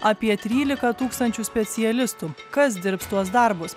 apie tryliką tūkstančių specialistų kas dirbs tuos darbus